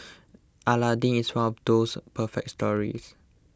Aladdin is one of those perfect stories